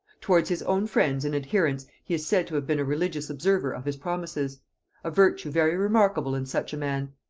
towards his own friends and adherents he is said to have been a religious observer of his promises a virtue very remarkable in such a man.